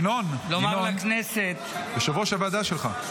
ינון, יושב-ראש הוועדה שלך.